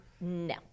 no